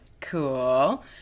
Cool